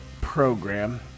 program